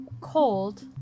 cold